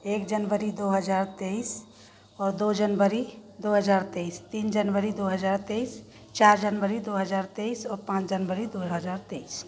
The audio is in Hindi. एक जनवरी दो हज़ार तेईस और दो जनवरी दो हज़ार तेईस तीन जनवरी दो हज़ार तेईस चार जनवरी दो हज़ार तेईस और पाँच जनवरी दो हज़ार तेईस